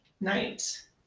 Night